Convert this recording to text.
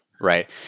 Right